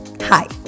hi